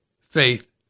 Faith